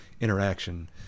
interaction